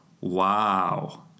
wow